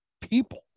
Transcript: people